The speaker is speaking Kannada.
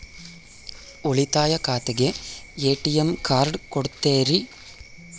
ಉಳಿತಾಯ ಖಾತೆಗೆ ಎ.ಟಿ.ಎಂ ಕಾರ್ಡ್ ಕೊಡ್ತೇರಿ?